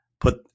put